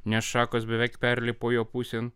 nes šakos beveik perlipo jo pusėn